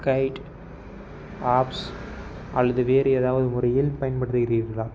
guide apps அல்லது வேறு ஏதாவது முறையில் பயன்படுத்துகிறீர்களா